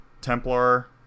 Templar